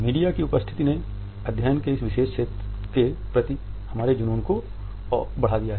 media की उपस्थिति ने अध्ययन के इस विशेष क्षेत्र के प्रति हमारे जुनून को बढ़ा दिया है